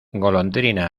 golondrina